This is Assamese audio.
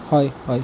হয় হয়